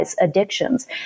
addictions